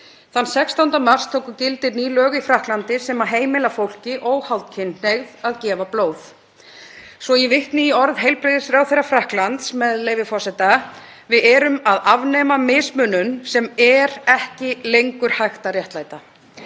Þann 16. mars tóku gildi ný lög í Frakklandi sem heimila fólki óháð kynhneigð að gefa blóð. Svo ég vitni í orð heilbrigðisráðherra Frakklands, með leyfi forseta: Við erum að afnema mismunun sem er ekki lengur hægt að réttlæta.